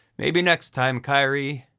maybe next time, kairi.